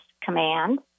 command